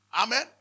Amen